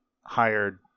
hired